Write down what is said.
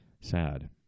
sad